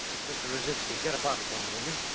it's mr. rezinsky. get a bottle for me, will you?